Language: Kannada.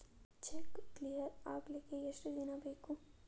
ಚೆಕ್ ಕ್ಲಿಯರ್ ಆಗಲಿಕ್ಕೆ ಎಷ್ಟ ದಿನ ಬೇಕು?